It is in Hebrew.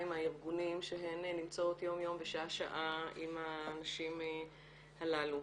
מהארגונים שהן נמצאות יום יום ושעה שעה עם הנשים הללו.